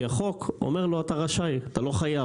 כי החוק אומר לו אתה רשאי, אתה לא חייב.